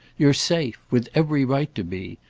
you're safe with every right to be.